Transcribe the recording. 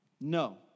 No